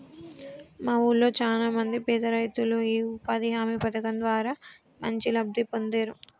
మా వూళ్ళో చానా మంది పేదరైతులు యీ ఉపాధి హామీ పథకం ద్వారా మంచి లబ్ధి పొందేరు